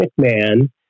McMahon